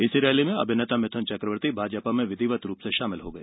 इसी रैली में अभिनेता मिथुन चक्रवर्ती भाजपा में विधिवत रूप से शामिल हो गए